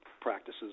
practices